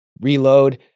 reload